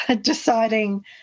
deciding